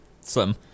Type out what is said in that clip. slim